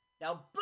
Now